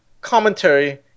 commentary